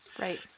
Right